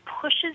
pushes